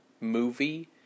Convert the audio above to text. movie